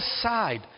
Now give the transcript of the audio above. side